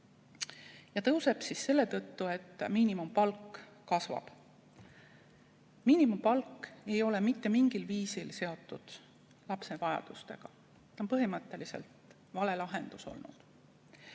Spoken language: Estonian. Ja tõuseb selle tõttu, et miinimumpalk kasvab. Miinimumpalk ei ole mitte mingil viisil seotud lapse vajadustega, see on põhimõtteliselt vale lahendus olnud.